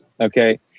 Okay